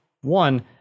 one